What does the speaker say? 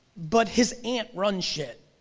but his aunt runs shit,